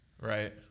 Right